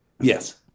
Yes